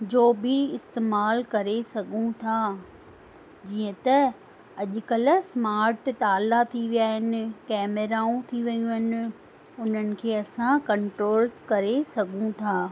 जो बि इस्तेमालु करे सघूं था जीअं त अॼुकल्ह स्मार्ट ताला थी विया आहिनि कैमराऊं थी वियूं आहिनि उन्हनि खे असां कंट्रोल करे सघूं था